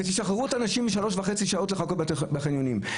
ותשחררו את האנשים מן הצורך לחכות בחניונים שלוש שעות וחצי,